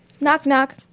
Knock-knock